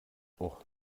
och